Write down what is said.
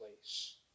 place